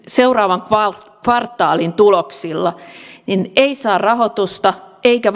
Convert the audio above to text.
seuraavan kvartaalin tuloksilla eivät saa rahoitusta eivätkä